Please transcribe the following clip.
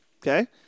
Okay